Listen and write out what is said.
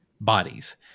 bodies